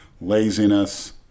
Laziness